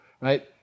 right